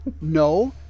no